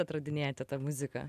atradinėjate tą muziką